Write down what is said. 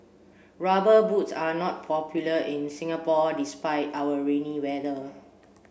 rubber boots are not popular in Singapore despite our rainy weather